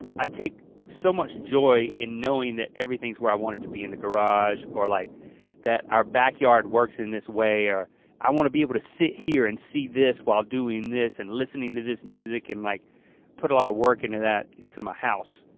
i take so much joy in knowing that everything's where i want it to be in the garage or like our backyard works in this way or i wanna be able to sit here and see this while doing this and listening to this music and like put a lot of work into that into my house.